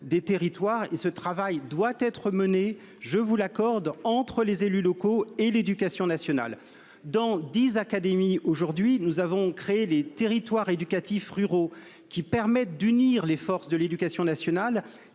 des territoires. Ce travail doit être mené, je vous l'accorde, entre les élus locaux et l'éducation nationale. Dans dix académies, nous avons créé les territoires éducatifs ruraux, qui permettent d'unir les forces de l'éducation nationale